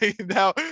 now